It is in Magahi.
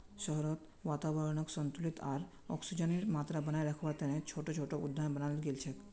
शहरत वातावरनक संतुलित आर ऑक्सीजनेर मात्रा बनेए रखवा तने छोटो छोटो उद्यान बनाल गेल छे